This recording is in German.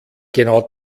genau